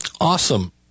Awesome